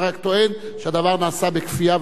אתה רק טוען שהדבר נעשה בכפייה,